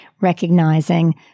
recognizing